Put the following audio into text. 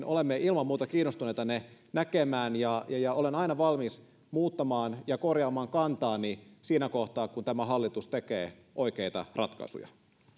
olemme ilman muuta kiinnostuneita ne näkemään ja ja olen aina valmis muuttamaan ja korjaamaan kantaani siinä kohtaa kun tämä hallitus tekee oikeita ratkaisuja